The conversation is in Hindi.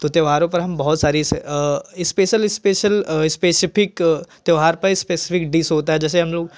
तो त्यौहारों पर हम बहुत सारी स्पेशल स्पेशल स्पेसिफिक त्यौहार पर स्पेसिफिक डिश होता है जैसे हम लोग